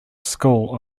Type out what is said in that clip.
school